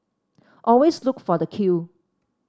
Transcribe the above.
always look for the queue